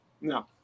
No